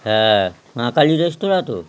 হ্যাঁ মা কালী রেস্তোরাঁ তো